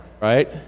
right